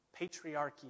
patriarchy